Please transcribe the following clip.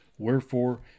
Wherefore